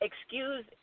excuse